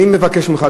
אני מבקש ממך,